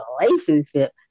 relationship